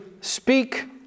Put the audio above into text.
Speak